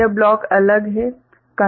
यह ब्लॉक अलग है